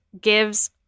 gives